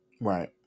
Right